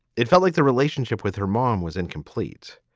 it felt like the relationship with her mom was incomplete.